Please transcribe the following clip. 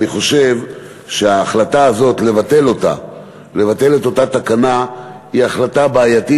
אני חושב שההחלטה הזאת לבטל את אותה תקנה היא החלטה בעייתית,